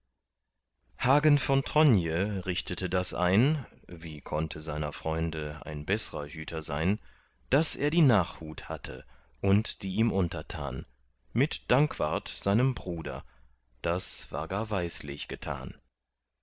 hagen von tronje richtete das ein wie konnte seiner freunde ein beßrer hüter sein daß er die nachhut hatte und die ihm untertan mit dankwart seinem bruder das war gar weislich getan